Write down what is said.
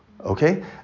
Okay